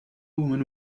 woman